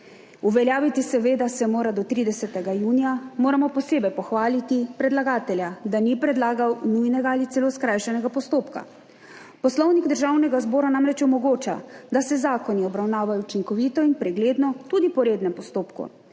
uveljaviti seveda se mora do 30. junija, moramo posebej pohvaliti predlagatelja, da ni predlagal nujnega ali celo skrajšanega postopka. Poslovnik Državnega zbora namreč omogoča, da se zakoni obravnavajo učinkovito in pregledno tudi po rednem postopku.